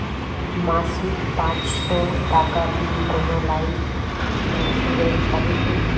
মাসিক পাঁচশো টাকা দিয়ে কোনো লাইফ ইন্সুরেন্স হবে কি?